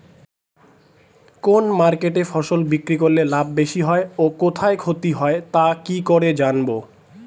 কোন মার্কেটে ফসল বিক্রি করলে লাভ বেশি হয় ও কোথায় ক্ষতি হয় তা কি করে জানবো?